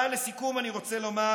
אבל לסיכום אני רוצה לומר